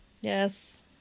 Yes